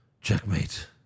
Checkmate